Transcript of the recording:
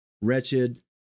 Wretched